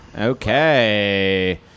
Okay